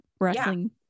wrestling